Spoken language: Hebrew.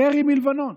ירי מלבנון.